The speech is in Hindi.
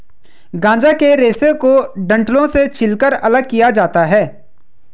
गांजा के रेशे को डंठलों से छीलकर अलग किया जाता है